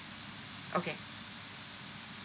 okay